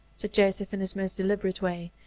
said joseph, in his most deliberate way.